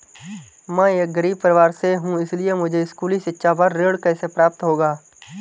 मैं एक गरीब परिवार से हूं इसलिए मुझे स्कूली शिक्षा पर ऋण कैसे प्राप्त होगा?